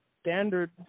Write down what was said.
standard